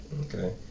Okay